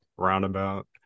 roundabout